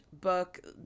book